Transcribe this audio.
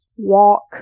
walk